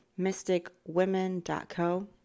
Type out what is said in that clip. mysticwomen.co